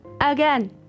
again